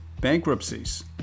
Bankruptcies